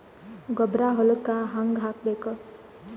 ಗೊಬ್ಬರ ಹೊಲಕ್ಕ ಹಂಗ್ ಹಾಕಬೇಕು?